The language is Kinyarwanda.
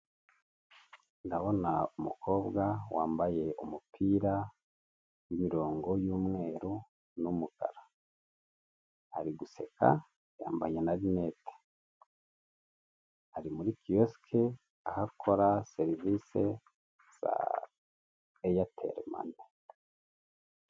Ndabona umukobwa wambaye umupira w'imirongo y'umweru n'umukara, ari guseka yambaye na rinete, ari muri kiyosiki aho akora serivisi za eyateri mane